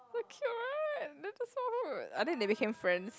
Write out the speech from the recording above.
so cute right I think they became friends